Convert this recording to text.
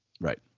Right